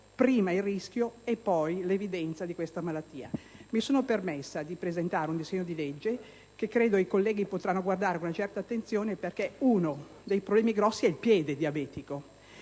prima il rischio e poi l'evidenza di questa malattia. Mi sono permessa di presentare un disegno di legge che credo i colleghi potranno esaminare con una certa attenzione, perché uno dei problemi grossi è il piede diabetico.